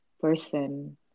person